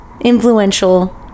Influential